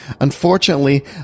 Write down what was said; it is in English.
Unfortunately